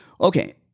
Okay